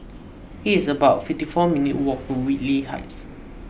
it is about fifty four minutes' walk to Whitley Heights